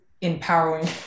empowering